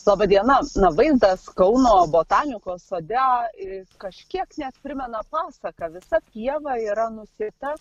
laba diena na vaizdas kauno botanikos sode ir kažkiek net primena pasaką visa pieva yra nusėta